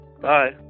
Bye